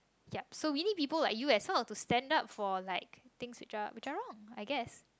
yup so we need people like you as well to stand up for like things which are which are wrong I guess